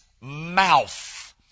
mouth